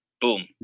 Boom